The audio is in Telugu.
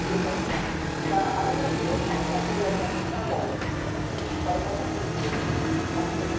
ఫిఫ్టీన్ థౌజండు ఇంకా అది కూడా మీరు అట్ ఏ టైం పే చేస్తానంటే టెన్ థౌజండు అంటే ఫైవ్ థౌజండు మీకు ప్రాఫిట్